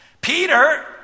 Peter